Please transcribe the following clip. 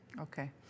Okay